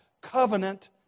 covenant